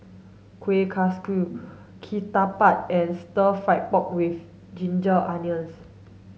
kueh kaswi ketupat and stir fried pork with ginger onions